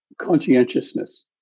conscientiousness